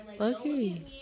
Okay